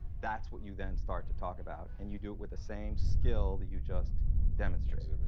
that's what you then start to talk about, and you do it with the same skill that you just demonstrated. but